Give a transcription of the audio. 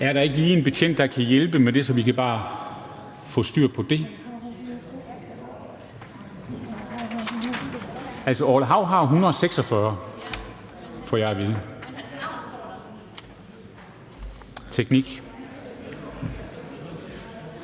Er der ikke lige en folketingsbetjent, der kan hjælpe med det, så vi kan få styr på det? Orla Hav har nr. 146, får jeg at vide.